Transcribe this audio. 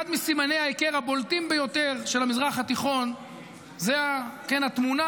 אחד מסימני ההיכר הבולטים ביותר של המזרח התיכון זה התמונה